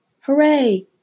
hooray